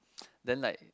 then like